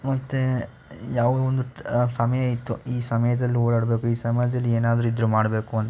ಮತ್ತು ಯಾವ ಒಂದು ಸಮಯ ಇತ್ತು ಈ ಸಮಯದಲ್ಲಿ ಓಡಾಡಬೇಕು ಈ ಸಮಯದಲ್ಲಿ ಏನಾದರೂ ಇದ್ದರೆ ಮಾಡಬೇಕು ಅಂತ